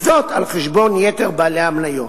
וזאת על חשבון יתר בעלי המניות.